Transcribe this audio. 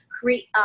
create